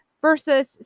versus